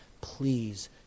Please